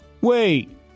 Wait